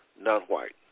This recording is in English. non-white